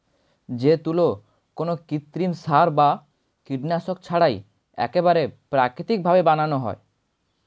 যে তুলো কোনো কৃত্রিম সার বা কীটনাশক ছাড়াই একেবারে প্রাকৃতিক ভাবে বানানো হয়